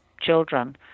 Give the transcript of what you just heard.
children